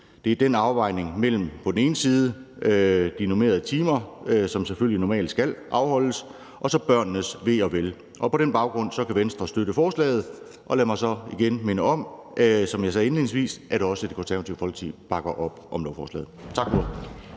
det er den afvejning mellem på den ene side de normerede timer, som selvfølgelig normalt skal afholdes, og så børnenes ve og vel. På den baggrund kan Venstre støtte forslaget. Og lad mig så igen minde om det, som jeg sagde indledningsvis, nemlig at også Det Konservative Folkeparti bakker op om lovforslaget. Tak for